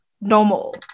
normal